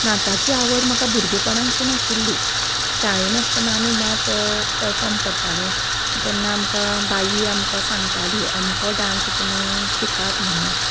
नाचाची आवड म्हाका भुरगेपणांकच आशिल्ली शाळेन आसतना आमी नाच परफोर्म करताले तेन्ना आमकां बाई आमकां सांगताली अमको डान्स तुमी शिकात म्हणून